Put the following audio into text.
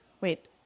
wait